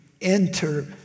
enter